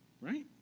right